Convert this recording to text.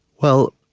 well,